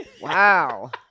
Wow